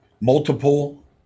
multiple